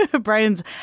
Brian's